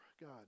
God